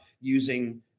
using